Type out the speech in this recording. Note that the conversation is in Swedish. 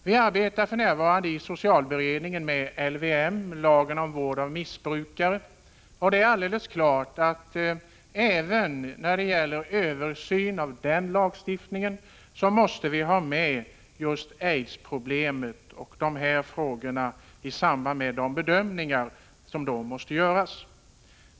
Vi arbetar för närvarande i socialberedningen med LVM, lagen om vård av missbrukare, och det är alldeles klart att man måste ha med aidsproblemet i samband med de bedömningar som måste göras vid en översyn av denna lagstiftning.